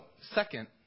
second